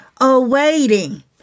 awaiting